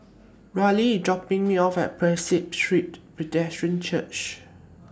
Rella IS dropping Me off At Prinsep Street Presbyterian Church